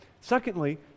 Secondly